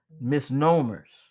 misnomers